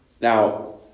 Now